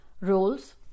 roles